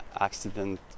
accident